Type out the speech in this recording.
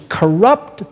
corrupt